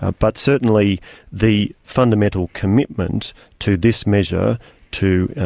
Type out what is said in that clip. ah but certainly the fundamental commitment to this measure to